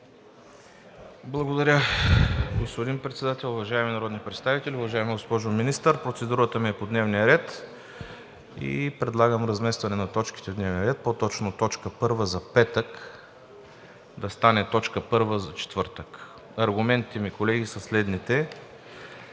Благодаря, господин Председател. Уважаеми народни представители, уважаема госпожо Министър! Процедурата ми е по дневния ред. Предлагам разместване на точките в дневния ред, и по-точно: точка първа за петък да стане точка първа за четвъртък. Аргументите ми, колеги, са следните: